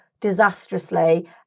disastrously